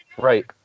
Right